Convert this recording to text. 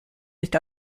nicht